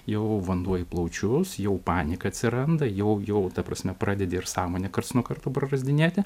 jau vanduo į plaučius jau panika atsiranda jau jau ta prasme pradedi ir sąmonę karts nuo karto prarasdinėti